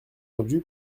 entendu